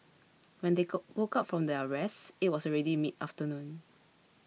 when they go woke up from their rest it was already midafternoon